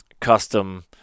custom